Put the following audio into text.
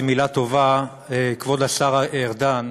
בעד יריב לוין,